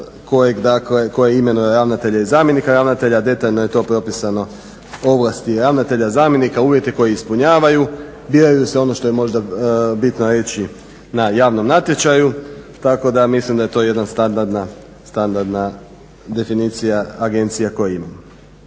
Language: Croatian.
koje imenuje ravnatelja i zamjenika ravnatelja. Detaljno je to propisano ovlasti ravnatelja i zamjenika, uvjete koje ispunjavaju. Biraju se ono što je možda bitno reći na javnom natječaju, tako da mislim da je to jedna standardna definicija agencija koje imamo.